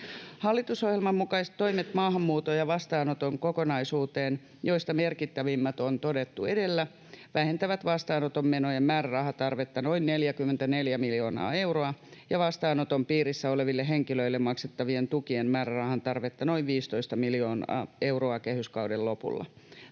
Hallitusohjelman mukaiset toimet maahanmuuton ja vastaanoton kokonaisuuteen, joista merkittävimmät on todettu edellä, vähentävät vastaanoton menojen määrärahatarvetta noin 44 miljoonaa euroa ja vastaanoton piirissä oleville henkilöille maksettavien tukien määrärahan tarvetta noin 15 miljoonaa euroa kehyskauden lopulla.